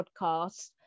podcast